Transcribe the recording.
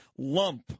lump